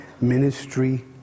ministry